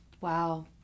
Wow